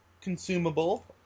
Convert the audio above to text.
consumable